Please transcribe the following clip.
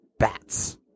Bats